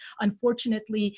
unfortunately